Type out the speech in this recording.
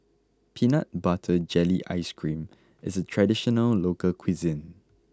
Peanut Butter Jelly Ice Cream is a traditional local cuisine